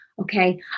Okay